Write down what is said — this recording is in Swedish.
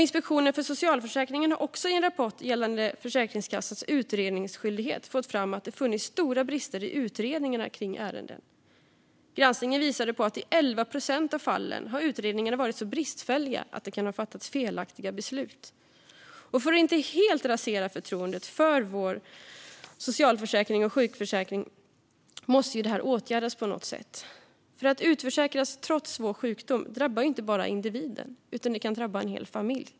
Inspektionen för socialförsäkringen har i en rapport gällande Försäkringskassans utredningsskyldighet fått fram att det funnits stora brister i utredningar kring ärenden. Granskningen visade att i 11 procent av fallen har utredningarna varit så bristfälliga att det kan ha fattats felaktiga beslut. Detta måste åtgärdas på något sätt så att inte förtroendet för vår socialförsäkring och sjukförsäkring helt raseras. När någon utförsäkras trots svår sjukdom drabbar det inte bara individen. Det kan drabba en hel familj.